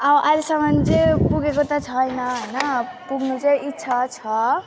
अब अहिलेसम्म चाहिँ पुगेको त छैन होइन पुग्नु चाहिँ इच्छा छ